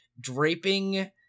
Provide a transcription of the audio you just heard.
draping